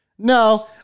No